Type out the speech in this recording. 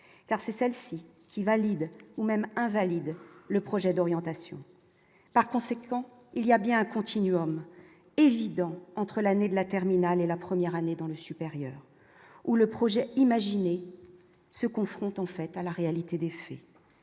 car c'est celle-ci qui valide ou même invalide le projet d'orientation, par conséquent, il y a bien un continuum évident entre l'année de la terminale et la première année dans le supérieur, où le projet imaginé se confrontent en fait à la réalité des faits,